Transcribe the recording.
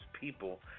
people